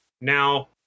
Now